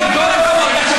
צריך לרדוף,